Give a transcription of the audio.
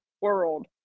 world